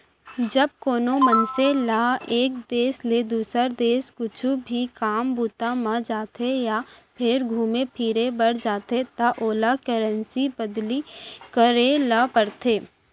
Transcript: जब कोनो मनसे ल एक देस ले दुसर देस कुछु भी काम बूता म जाथे या फेर घुमे फिरे बर जाथे त ओला करेंसी बदली करे ल परथे